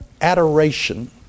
adoration